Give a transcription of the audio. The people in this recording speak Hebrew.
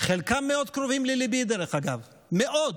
חלקם מאוד קרובים לליבי, מאוד,